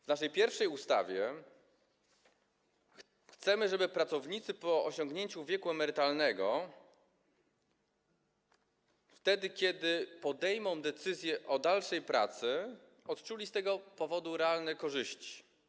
W naszej pierwszej ustawie chcemy, żeby pracownicy po osiągnięciu wieku emerytalnego, wtedy kiedy podejmą decyzję o dalszej pracy, odczuli z tego powodu realne korzyści.